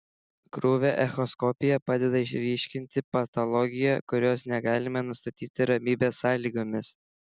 krūvio echoskopija padeda išryškinti patologiją kurios negalime nustatyti ramybės sąlygomis